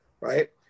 right